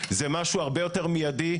זה משהו הרבה יותר מיידי,